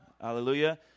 Hallelujah